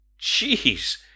Jeez